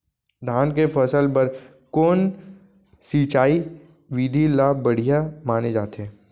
धान के फसल बर कोन सिंचाई विधि ला बढ़िया माने जाथे?